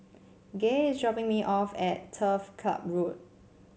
Gay is dropping me off at Turf Ciub Road